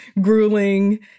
grueling